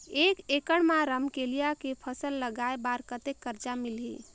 एक एकड़ मा रमकेलिया के फसल लगाय बार कतेक कर्जा मिलही?